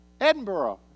Edinburgh